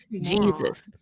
Jesus